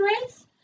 race